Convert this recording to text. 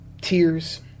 tears